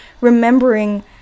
remembering